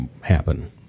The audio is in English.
happen